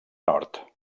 nord